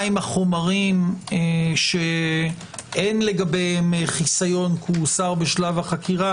החומרים שאין גביהם חיסיון כי הוסר בשלב החקירה.